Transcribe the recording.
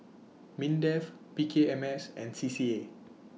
Mindef P K M S and C C A